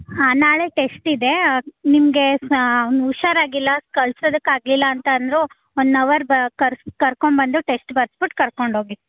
ಹಾಂ ನಾಳೆ ಟೆಶ್ಟ್ ಇದೆ ನಿಮಗೆ ಅವ್ನು ಹುಷಾರಾಗಿಲ್ಲ ಕಳ್ಸದಕ್ಕೆ ಆಗಲಿಲ್ಲ ಅಂತಂದರೂ ಒನ್ ಅವರ್ ಬ ಕರ್ಸ್ ಕರ್ಕೊಂಡ್ ಬಂದು ಟೆಸ್ಟ್ ಬರ್ಸ್ಬಿಟ್ಟು ಕರ್ಕೊಂಡು ಹೋಗಿ